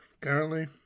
currently